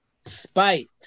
Spite